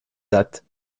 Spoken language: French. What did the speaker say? dates